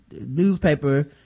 newspaper